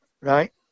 right